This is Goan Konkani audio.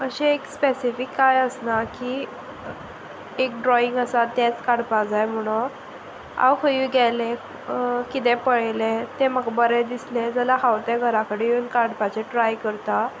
अशें एक स्पेसिफीक कांय आसना की एक ड्रॉईंग आसा तेंच काडपाक जाय म्हणून हांव खंयूय गेलें कितें पळयलें तें म्हाका बरें दिसलें जाल्यार हांव ते घरा कडेन येवन काडपाचें ट्राय करता